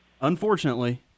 Unfortunately